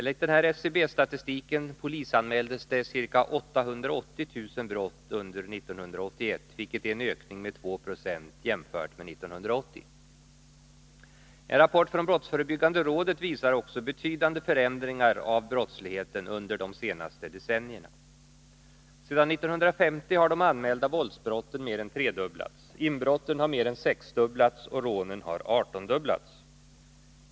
Enligt denna SCB-statistik polisanmäldes ca 880 000 brott under 1981, vilket är en ökning med 2 Z6 jämfört med 1980. En rapport från brottsförebyggande rådet, BRÅ, visar också betydande förändringar av brottsligheten under de senaste decennierna. Sedan 1950 har de anmälda våldsbrotten mer än tredubblats, inbrotten mer än sexdubblats och rånen artondubblats.